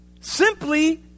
Simply